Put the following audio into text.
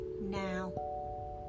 now